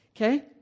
Okay